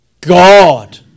God